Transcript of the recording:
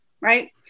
right